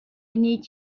need